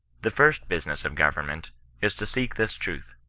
the first business of government is to seek this truth,